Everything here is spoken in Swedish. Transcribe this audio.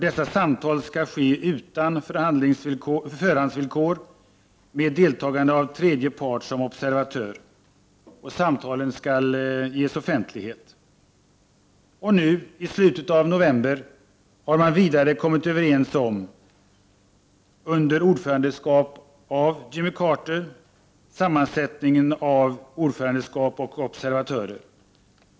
Dessa samtal skall ske utan förhandsvillkor med deltagande av tredje part som observatör. Samtalen skall ges offentlighet. Nu, i slutet av november, har man vidare kommit överens om, under ordförandeskap av Jimmy Carter, sammansättningen av ordförandeskap och observatörer.